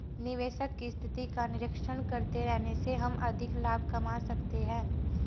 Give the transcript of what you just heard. निवेश की स्थिति का निरीक्षण करते रहने से हम अधिक लाभ कमा सकते हैं